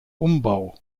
umbau